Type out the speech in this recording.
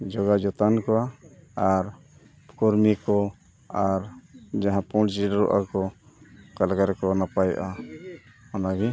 ᱡᱳᱜᱟᱣ ᱡᱚᱛᱚᱱ ᱠᱚᱣᱟ ᱟᱨ ᱠᱚᱨᱢᱤ ᱠᱚ ᱟᱨ ᱡᱟᱦᱟᱸ ᱯᱩᱡᱤᱨᱚᱜ ᱟᱠᱚ ᱚᱠᱟ ᱞᱮᱠᱟ ᱨᱮᱠᱚ ᱱᱟᱯᱟᱭᱚᱜᱼᱟ ᱚᱱᱟᱜᱮ